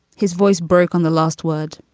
his voice broke on the last word.